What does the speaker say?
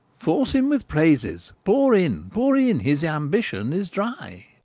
force him with praises pour in, pour in his ambition is dry.